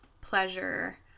pleasure